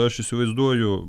aš įsivaizduoju